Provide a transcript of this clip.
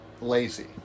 lazy